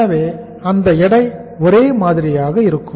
எனவே அந்த எடை ஒரே மாதிரியாக இருக்கும்